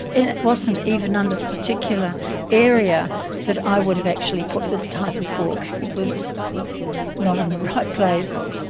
and it wasn't even under the particular area that i would have actually put this type of book. it was not in the right place.